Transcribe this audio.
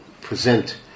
present